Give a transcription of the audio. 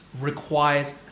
Requires